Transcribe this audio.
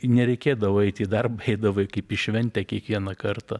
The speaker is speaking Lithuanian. nereikėdavo eiti į darbą eidavai kaip į šventę kiekvieną kartą